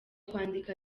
kwandika